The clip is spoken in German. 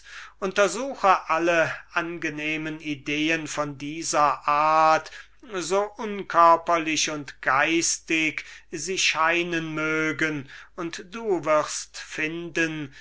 untersuche alle angenehmen ideen von dieser art so unkörperlich und geistig sie scheinen mögen und du wirst finden